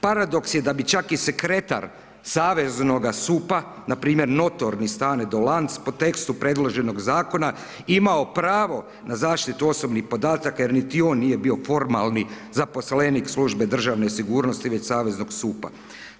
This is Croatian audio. Paradoks je da bi čak i sekretar Saveznoga SUP-a npr. notorni Stane Dolanc po tekstu predloženog zakona imao pravo na zaštitu osobnih podataka jer niti on nije bio formalni zaposlenik službe državne sigurnosti već saveznog SUP-a.